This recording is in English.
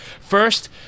First